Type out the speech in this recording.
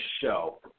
show